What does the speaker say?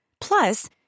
Plus